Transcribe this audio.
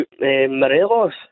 Morelos